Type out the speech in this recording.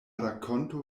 rakonto